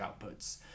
outputs